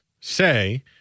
say